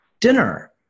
dinner